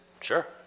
Sure